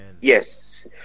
Yes